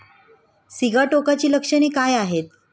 सिगाटोकाची लक्षणे काय आहेत?